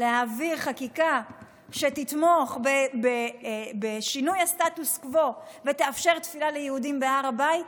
להעביר חקיקה שתתמוך בשינוי הסטטוס קוו ותאפשר תפילה ליהודים בהר הבית?